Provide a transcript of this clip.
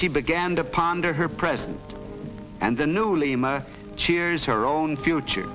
she began to ponder her present and the newly merged cheers her own future